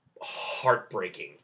heartbreaking